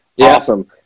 Awesome